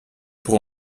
pour